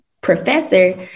professor